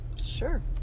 Sure